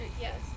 Yes